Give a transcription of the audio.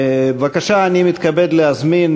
אני מתכבד להזמין